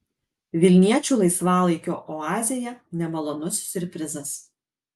vilniečių laisvalaikio oazėje nemalonus siurprizas